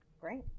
great